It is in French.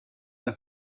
d’un